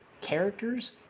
characters